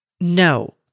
No